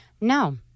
No